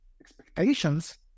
expectations